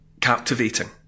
captivating